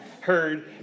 heard